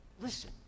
Listen